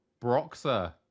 broxer